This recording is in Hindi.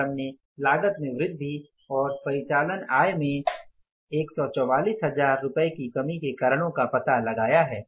और हमने लागत में वृद्धि और परिचालन आय में 144000 हज़ार रुपये की कमी के कारणों का पता लगाया है